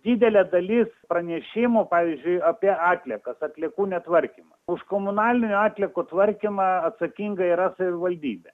didelė dalis pranešimų pavyzdžiui apie atliekas atliekų netvarkymą už komunalinių atliekų tvarkymą atsakinga yra savivaldybė